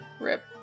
Rip